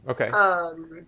Okay